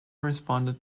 responded